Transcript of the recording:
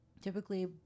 typically